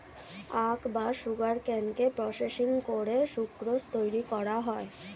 আখ বা সুগারকেনকে প্রসেসিং করে সুক্রোজ তৈরি করা হয়